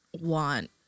Want